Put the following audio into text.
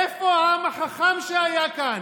איפה העם החכם שהיה כאן?